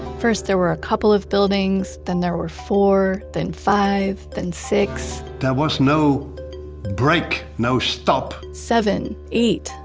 first there were a couple of buildings, then there were four, then five, then six there was no break, no stop seven, eight,